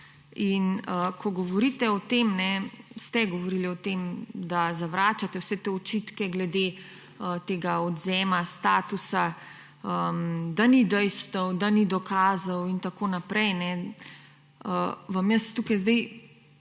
v posmeh. Ko ste govorili o tem, da zavračate vse te očitke glede tega odvzema statusa, da ni dejstev, da ni dokazov in tako naprej, vam jaz tukaj zdaj